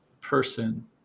person